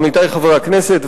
עמיתי חברי הכנסת,